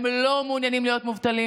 הם לא מעוניינים להיות מובטלים.